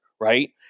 right